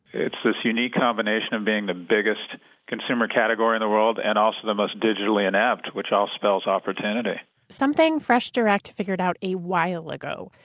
it's this unique combination of being the biggest consumer category in the world and also the most digitally inept, which all spells opportunity. that's something freshdirect figured out a while ago.